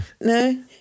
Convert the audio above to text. No